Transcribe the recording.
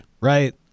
right